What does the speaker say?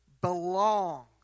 Belong